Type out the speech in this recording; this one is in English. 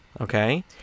Okay